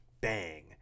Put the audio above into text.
bang